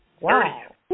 Wow